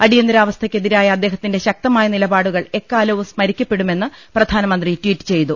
അടിയന്തരാവസ്ഥയ്ക്കെതിരായ അദ്ദേഹത്തിന്റെ ശക്തമായ നിലപാടുകൾ എക്കാലവും സ്മരിക്കപ്പെടു മെന്ന് പ്രധാനമന്ത്രി ട്വീറ്റ് ചെയ്തു